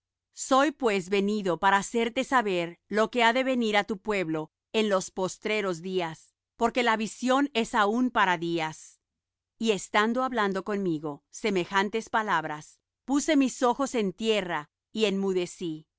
soy pues venido para hacerte saber lo que ha de venir á tu pueblo en los postreros días porque la visión es aún para días y estando hablando conmigo semejantes palabras puse mis ojos en tierra y enmudecí